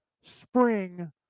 spring